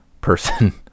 person